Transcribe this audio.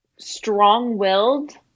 strong-willed